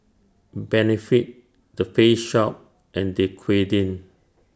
Benefit The Face Shop and Dequadin